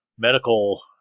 medical